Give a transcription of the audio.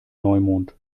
neumond